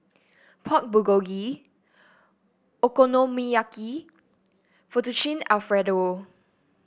Pork Bulgogi Okonomiyaki Fettuccine Alfredo